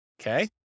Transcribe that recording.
Okay